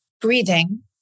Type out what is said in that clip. breathing